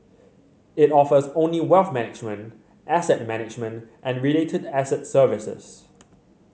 it offers only wealth management asset management and related asset services